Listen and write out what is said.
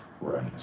right